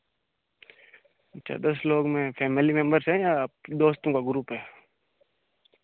अच्छा दस लोग में फैमिली मेंबर्स है या दोस्तों का ग्रुप है